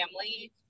family